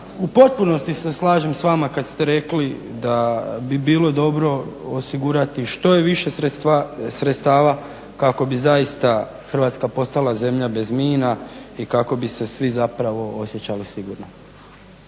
u potpunosti se slažem s vama kada ste rekli da bi bilo dobro osigurati što više sredstava kako bi zaista Hrvatska postala zemlja bez mina i kako bi se svi osjećali sigurno.